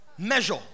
Measure